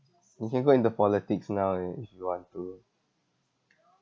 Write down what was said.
you can go into politics now eh if you want to